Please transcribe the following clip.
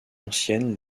anciennes